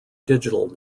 digital